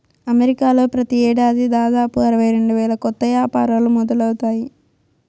అమెరికాలో ప్రతి ఏడాది దాదాపు అరవై రెండు వేల కొత్త యాపారాలు మొదలవుతాయి